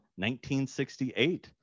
1968